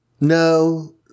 No